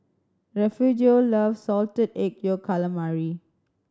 Refugio loves Salted Egg Yolk Calamari